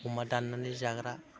अमा दान्नानै जाग्रा